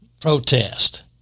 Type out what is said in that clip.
protest